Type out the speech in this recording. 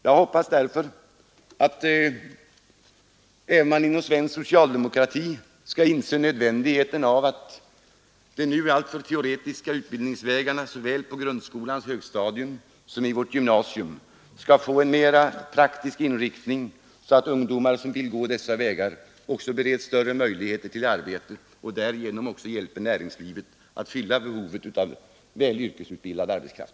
Jag hoppas därför att man även inom svensk socialdemokrati skall inse nödvändigheten av att de nu alltför teoretiska utbildningsvägarna — såväl på grundskolans högstadium som på gymnasiet — skall få en mera praktisk inriktning, så att ungdomar som vill gå dessa vägar också bereds större möjlighet till arbete. Därigenom hjälper man också näringslivet att fylla behovet av väl utbildad arbetskraft.